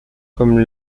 comme